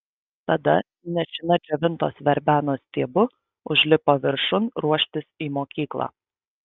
tada nešina džiovintos verbenos stiebu užlipo viršun ruoštis į mokyklą